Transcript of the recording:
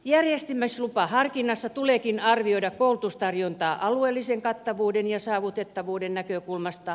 järjestämislupaharkinnassa tuleekin arvioida koulutustarjontaa alueellisen kattavuuden ja saavutettavuuden näkökulmasta